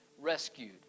Rescued